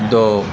ਦੋ